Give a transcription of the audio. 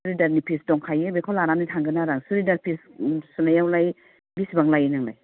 सुरिदारनि piece दंखायो बेखौ लानानै थांगोन आं आरो सुरिदार पिस सुनायावलाय बेसेबां लायो नोंलाय